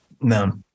No